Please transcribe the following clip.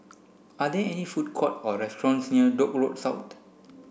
are there any food court or restaurants near Dock Road South